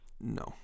No